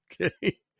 Okay